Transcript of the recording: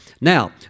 Now